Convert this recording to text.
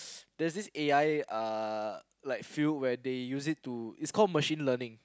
there's this A_I uh like film where they use it to it's called machine learning